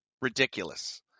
ridiculous